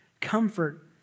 comfort